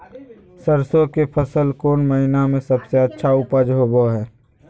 सरसों के फसल कौन महीना में सबसे अच्छा उपज होबो हय?